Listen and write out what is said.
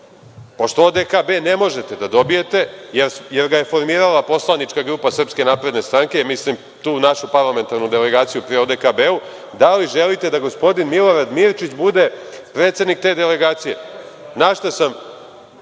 pošto ODKB ne možete da dobijete, jer ga je formirala poslanička grupa SNS, mislim tu našu parlamentarnu delegaciju pri ODKB, da li želite da gospodin Milorad Mirčić bude predsednik te delegacije? Dobro